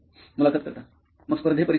मुलाखतकर्ता मग स्पर्धा परीक्षेसाठी